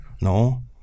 No